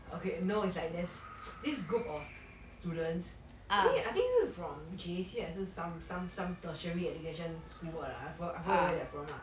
okay no is like there's this group of students I think I think from J_C 还是 some some some some tertiary education school ah I forgot where they are from ah